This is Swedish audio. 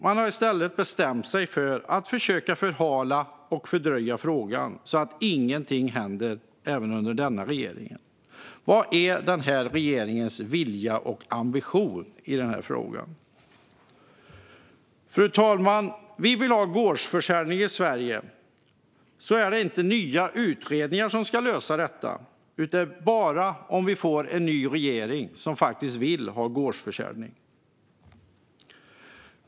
Man har i stället bestämt sig för att försöka förhala och fördröja frågan så att inget händer under denna regering heller. Vad är regeringens vilja och ambition i denna fråga? Fru talman! Vill vi ha gårdsförsäljning i Sverige löser inte nya utredningar det utan bara en ny regering som faktiskt vill ha gårdsförsäljning.